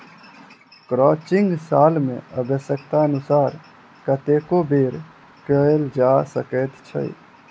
crutching साल मे आव्श्यकतानुसार कतेको बेर कयल जा सकैत छै